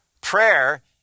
Prayer